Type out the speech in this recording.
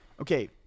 Okay